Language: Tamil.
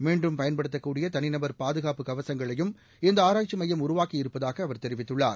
மீண்டும் பயன்படுத்தக்கூடிய தனிநபர் பாதுகாப்பு கவசங்களையும் இந்த ஆராய்ச்சி மையம் உருவாக்கி இருப்பதாக அவர் தெரிவித்துள்ளார்